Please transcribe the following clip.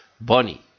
Bonnie